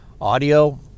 audio